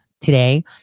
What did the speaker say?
today